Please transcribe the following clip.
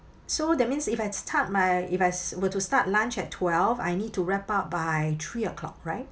so that means if I start my if I were to start lunch at twelve I need to wrap up by three o'clock right